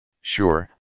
sure